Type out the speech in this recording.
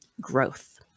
growth